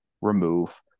remove